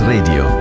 Radio